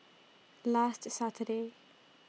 last Saturday